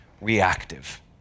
reactive